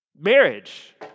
marriage